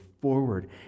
forward